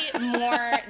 more